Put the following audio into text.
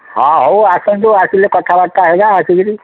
ହଁ ହଉ ଆସନ୍ତୁ ଆସିଲେ କଥାବାର୍ତ୍ତା ହେବା ଆସିକିରି